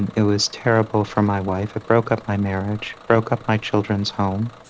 and it was terrible for my wife. it broke up my marriage, broke up my children's home.